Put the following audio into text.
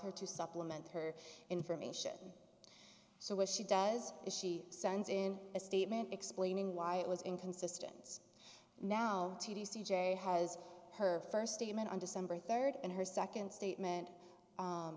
her to supplement her information so what she does is she sends in a statement explaining why it was in consistence now to see jerry has her first statement on december third and her second statement